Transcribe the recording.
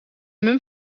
mum